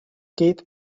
geht